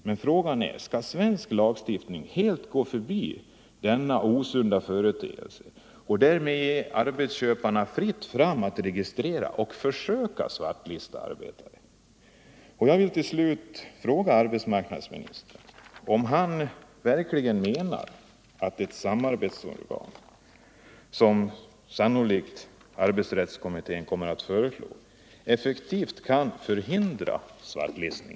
Men frågan är om svensk lagstiftning helt skall gå förbi denna osunda företeelse och därmed också ge arbetsköparna fritt fram att registrera och försöka svartlista arbetare. Jag vill till slut fråga arbetsmarknadsministern om han verkligen menar att ett samarbetsorgan, som sannolikt arbetsrättskommittén kommer att föreslå, effektivt kan förhindra svartlistning?